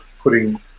putting